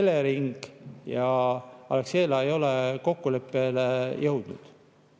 Elering ja Alexela ei ole kokkuleppele jõudnud.